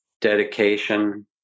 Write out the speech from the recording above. dedication